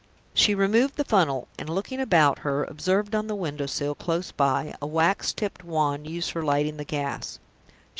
she removed the funnel and, looking about her, observed on the window-sill close by a wax-tipped wand used for lighting the gas.